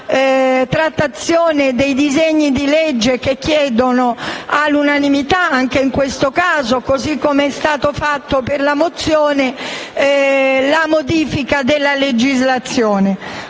una trattazione dei disegni di legge che chiedono all'unanimità, anche in questo caso, come è stato fatto per la mozione, la modifica della legislazione.